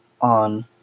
on